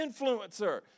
influencer